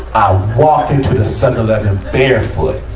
i walked into the seven eleven barefoot,